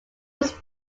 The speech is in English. was